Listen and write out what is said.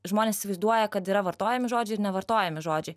žmonės įsivaizduoja kad yra vartojami žodžiai ir nevartojami žodžiai